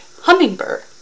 hummingbird